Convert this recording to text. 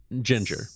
Ginger